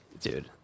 dude